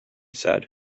said